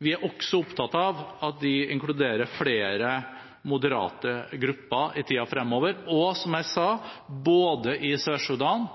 Vi er også opptatt av at de inkluderer flere moderate grupper i tiden fremover, og – som jeg sa – både i Sør-Sudan